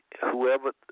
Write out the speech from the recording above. whoever